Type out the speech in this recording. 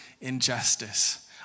injustice